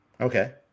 Okay